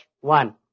one